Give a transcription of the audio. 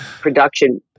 production